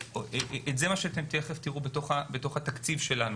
זה מה שאתם תכף תראו בתוך התקציב שלנו,